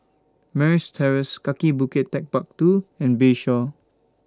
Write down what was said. Marines Terrace Kaki Bukit Techpark two and Bayshore